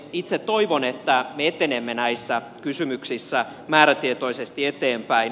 itse toivon että me etenemme näissä kysymyksissä määrätietoisesti eteenpäin